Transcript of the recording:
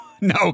No